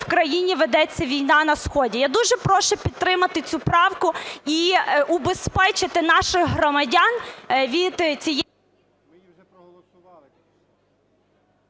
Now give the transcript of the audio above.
в країні ведеться війна на сході. Я дуже прошу підтримати цю правку і убезпечити наших громадян від цієї…